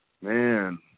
Man